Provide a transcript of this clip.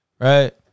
Right